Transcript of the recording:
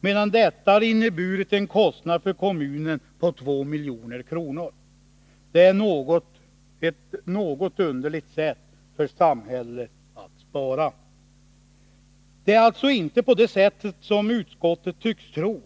medan förändringen har inneburit en kostnad för kommunen på 2 milj.kr. Det är ett något märkligt sätt för samhället att spara. Det är alltså inte på det viset som utskottet tycks tro.